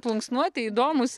plunksnuoti įdomūs